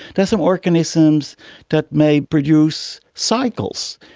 there are some organisms that may produce cycles,